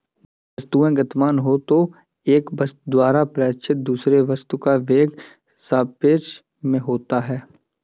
वस्तुएं गतिमान हो तो एक वस्तु द्वारा प्रेक्षित दूसरे वस्तु का वेग सापेक्ष में होता है